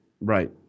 Right